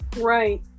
Right